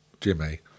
Jimmy